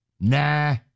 Nah